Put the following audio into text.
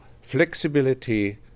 flexibility